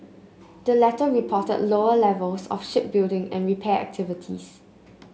the latter reported lower levels of shipbuilding and repair activities